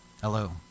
Hello